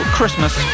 Christmas